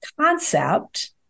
concept